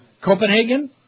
Copenhagen